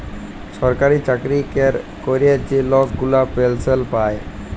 ছরকারি চাকরি ক্যরে যে লক গুলা পেলসল পায়